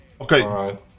Okay